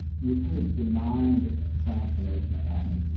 you're sort of denying this transformation that happens